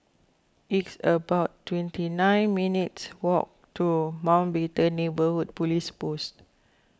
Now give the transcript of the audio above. it's about twenty nine minutes' walk to Mountbatten Neighbourhood Police Post